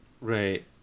Right